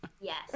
yes